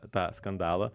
tą skandalą